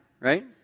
Right